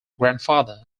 grandfather